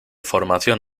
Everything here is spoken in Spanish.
formación